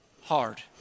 hard